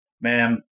Ma'am